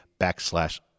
backslash